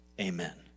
Amen